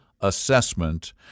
assessment